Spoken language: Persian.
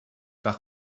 وقت